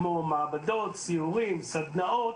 כמו מעבדות, סיורים, סדנאות.